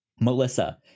Melissa